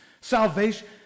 salvation